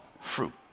fruit